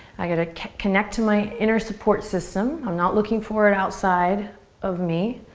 i got to connect to my inner support system. i'm not looking for it outside of me.